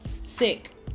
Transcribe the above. Sick